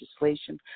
legislation